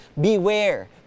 beware